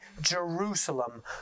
Jerusalem